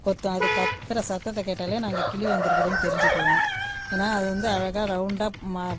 கொத்தும் அது கத்துகிற சத்தத்தைக் கேட்டாலே நாங்கள் கிளி வந்திருக்குதுன்னு தெரிஞ்சிக்குவோம் ஏன்னா அது வந்து அழகாக ரவுண்டாக ம